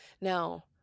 Now